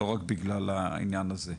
לא רק בגלל העניין הזה.